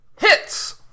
Hits